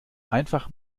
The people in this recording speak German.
einfach